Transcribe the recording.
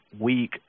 week